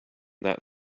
that